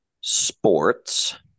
sports